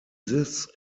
this